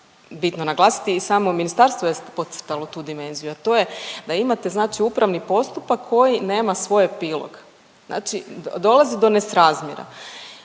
bitno naglasiti. I samo ministarstvo je podcrtalo tu dimenziju, a to je da imate znači upravni postupak koji nema svoj epilog, znači dolazi do nesrazmjera.